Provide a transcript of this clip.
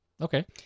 Okay